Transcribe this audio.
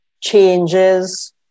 changes